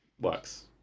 Works